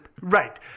Right